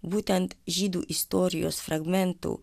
būtent žydų istorijos fragmentų